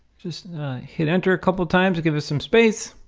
just hit enter a couple of times to give us some space